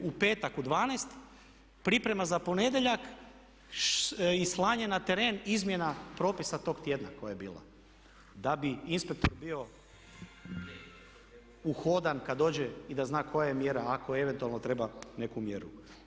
U petak u 12 priprema za ponedjeljak i slanje na teren izmjena propisa tog tjedan koja je bila da bi inspektor bio uhodan kad dođe i da zna koja je mjera ako eventualno treba neku mjeru.